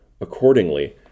Accordingly